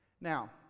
Now